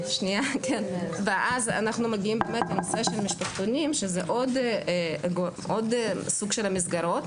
ואז אנחנו מגיעים לנושא של משפחתונים שזה עוד סוג של המסגרות,